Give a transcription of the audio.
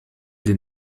den